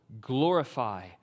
glorify